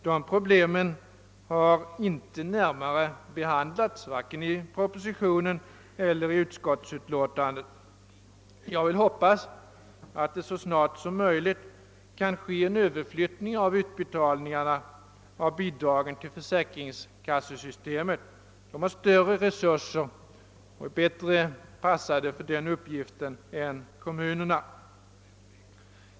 Dessa problem har inte närmare behandlats vare sig i propositionen eller i utskottets utlåtande. Jag vill hoppas att det så snart som möjligt kan ske en överflyttning av utbetalningarna av bidragen till försäkringskassesystemet; detta har större resurser och är bättre anpassat för denna uppgift än kommunerna.